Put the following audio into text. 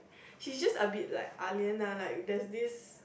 she just a bit like Ah Lian ah like there's this